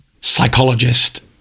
psychologist